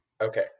Okay